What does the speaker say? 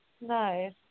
Nice